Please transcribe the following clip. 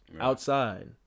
outside